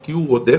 כי הוא רודף,